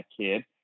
kid